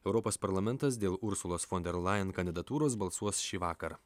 europos parlamentas dėl ursulos fon der lajen kandidatūros balsuos šįvakar